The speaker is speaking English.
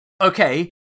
okay